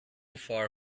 far